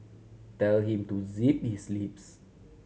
tell him to zip his lips